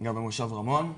גר במושב רמון.